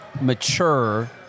mature